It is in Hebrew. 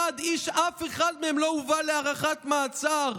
אף אחד מהם לא הובא להארכת מעצר.